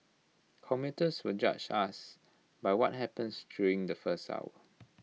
commuters will judge us by what happens during the first hour